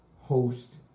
host